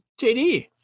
JD